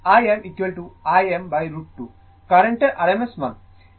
R I Im √2 কার্রেন্টের rms মান